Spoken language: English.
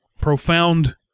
profound